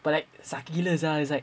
but like sakit gila sia it's like